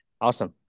Awesome